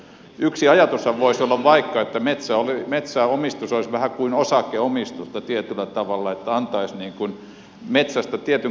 yksi ajatushan voisi olla vaikka että metsäomistus olisi vähän kuin osakeomistusta tietyllä tavalla että antaisi metsästä tietyn kappaleen